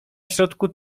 środku